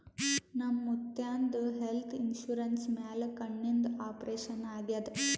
ನಮ್ ಮುತ್ಯಾಂದ್ health insurance ಮ್ಯಾಲ ಕಣ್ಣಿಂದ್ ಆಪರೇಷನ್ ಆಗ್ಯಾದ್